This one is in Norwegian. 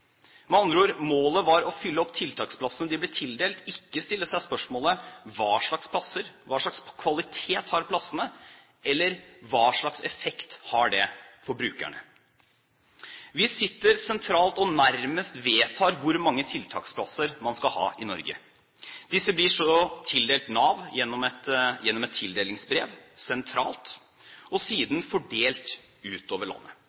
Med andre ord, målet var å fylle opp tiltaksplassene de ble tildelt, ikke stille seg spørsmålene: Hva slags plasser? Hva slags kvalitet har plassene? Eller: Hva slags effekt har det for brukerne? Vi sitter sentralt og nærmest vedtar hvor mange tiltaksplasser man skal ha i Norge. Disse blir så tildelt Nav gjennom et tildelingsbrev sentralt, og siden fordelt utover landet.